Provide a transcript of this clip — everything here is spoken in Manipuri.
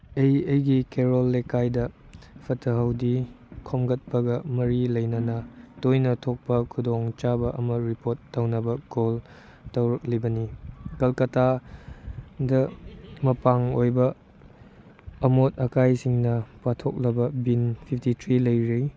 ꯑꯩ ꯑꯩꯒꯤ ꯀꯩꯔꯣꯏ ꯂꯩꯀꯥꯏꯗ ꯐꯠꯇ ꯍꯧꯗꯤ ꯈꯣꯝꯒꯠꯄꯒ ꯃꯔꯤ ꯂꯩꯅꯅ ꯇꯣꯏꯅ ꯊꯣꯛꯄ ꯈꯨꯗꯣꯡ ꯆꯥꯕ ꯑꯃ ꯔꯤꯄꯣꯔꯠ ꯇꯧꯅꯕ ꯀꯣꯜ ꯇꯧꯔꯛꯂꯤꯕꯅꯤ ꯀꯜꯀꯇꯥꯗ ꯃꯄꯥꯡ ꯑꯣꯏꯕ ꯑꯃꯣꯠ ꯑꯀꯥꯏꯁꯤꯡꯅ ꯄꯥꯊꯣꯛꯂꯕ ꯕꯤꯟ ꯐꯤꯞꯇꯤ ꯊ꯭ꯔꯤ ꯂꯩꯔꯤ